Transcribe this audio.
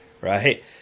right